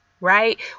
right